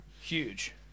Huge